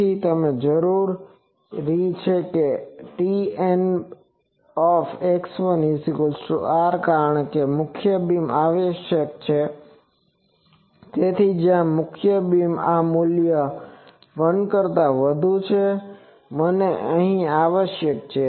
તેથી અમે જરૂરી છે TN R છે કારણ કે મારે મુખ્ય બીમ આવશ્યક છે તેથી જ્યાં મુખ્ય બીમ આ મૂલ્ય 1 કરતા વધુ છે મને તે અહીં આવશ્યક છે